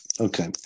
Okay